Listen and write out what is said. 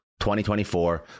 2024